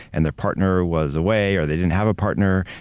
and their partner was away or they didn't have a partner.